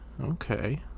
Okay